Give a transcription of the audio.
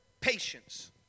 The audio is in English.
patience